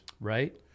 Right